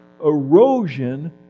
erosion